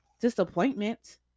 Disappointment